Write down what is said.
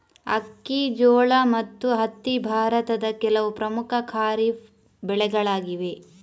ಅಕ್ಕಿ, ಜೋಳ ಮತ್ತು ಹತ್ತಿ ಭಾರತದ ಕೆಲವು ಪ್ರಮುಖ ಖಾರಿಫ್ ಬೆಳೆಗಳಾಗಿವೆ